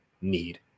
need